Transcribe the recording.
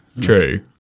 true